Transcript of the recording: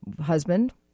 husband